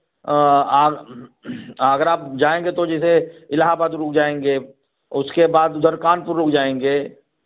आगरा आप जाएँगे तो जैसे इलाहाबाद रुक जाएँगे उसके बाद उधर कानपुर रुक जाएँगे